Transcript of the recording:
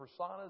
personas